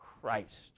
Christ